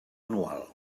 anual